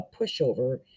pushover